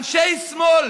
אנשי שמאל